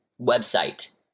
website